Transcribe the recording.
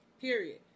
Period